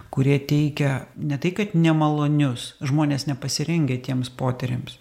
kurie teikia ne tai kad nemalonius žmonės nepasirengę tiems potyriams